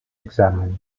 examen